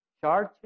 Charge